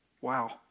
Wow